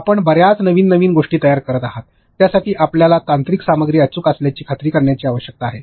आपण बर्याच नवीन नवीन गोष्टी तयार करीत आहात त्यासाठी आपल्याला तांत्रिक सामग्री अचूक असल्याची खात्री करण्याची आवश्यकता आहे